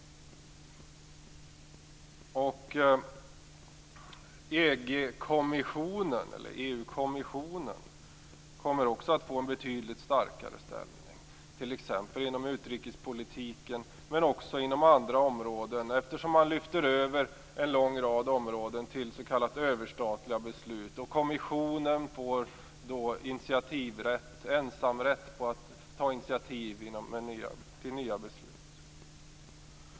EU-kommissionen kommer också att få en betydligt starkare ställning, t.ex. inom utrikespolitiken men också inom andra områden, eftersom man lyfter över en lång rad områden till s.k. överstatliga beslut. Kommissionen får då initiativrätt, ensamrätt på att ta initiativ till nya beslut.